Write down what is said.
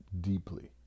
deeply